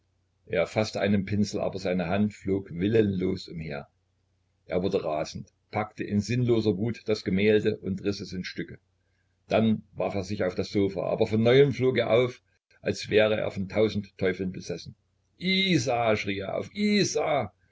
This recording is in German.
er faßte einen pinsel aber seine hand flog willenlos umher er wurde rasend packte in sinnloser wut das gemälde und riß es in stücke dann warf er sich auf das sofa aber von neuem flog er auf als wäre er von tausend teufeln besessen isa schrie er auf isa